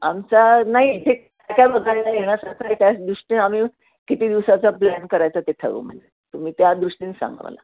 आमचा नाही इथे इथे काय काय बघायला येण्यासारखं आहे त्या दृष्टीनं आम्ही किती दिवसाचं प्लॅन करायचं ते ठरवू तुम्ही त्या दृष्टीने सांगा मला